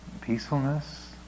peacefulness